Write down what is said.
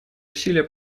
усилия